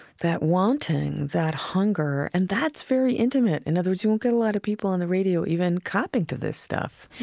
that wanting, that hunger. and that's very intimate. in other words, you won't get a lot of people on the radio even copping to this stuff.